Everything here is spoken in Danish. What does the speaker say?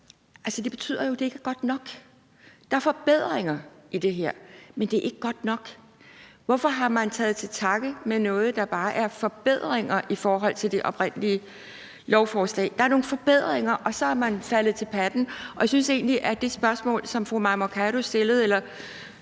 Det betyder jo, at det ikke er godt nok. Der er forbedringer i det her, men det er ikke godt nok. Hvorfor har man taget til takke med noget, der bare er forbedringer i forhold til det oprindelige lovforslag? Der er nogle forbedringer, og så er man faldet til patten. Og jeg synes egentlig, at den konklusion, som fru Mai Mercado kom med, altså